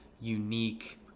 unique